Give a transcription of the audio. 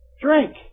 Drink